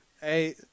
Hey